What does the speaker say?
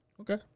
Okay